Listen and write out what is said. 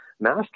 mask